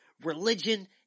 religion